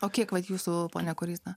o kiek vat jūsų ponia kuris